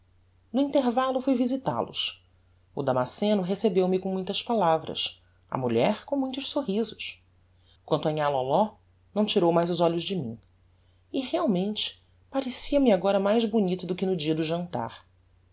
no intervallo fui visital os o damasceno recebeu-me com muitas palavras a mulher com muitos sorrisos quanto a nhã lóló não tirou mais os olhos de mim e realmente parecia-me agora mais bonita que no dia do jantar